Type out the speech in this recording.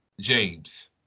James